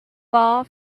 far